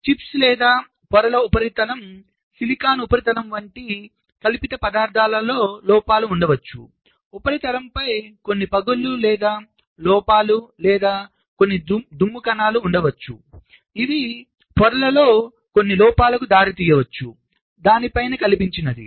chips లేదా పొరలు ఉపరితలం సిలికాన్ ఉపరితలం వంటి కల్పిత పదార్థాలలో లోపాలు ఉండవచ్చు ఉపరితలంపై కొన్ని పగుళ్లు లేదా లోపాలు లేదా కొన్ని దుమ్ము కణాలు ఉండవచ్చు ఇవి పొరలలో కొన్ని లోపాలకు దారితీయవచ్చు దాని పైన కల్పించినది